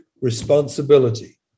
responsibility